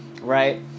right